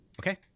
Okay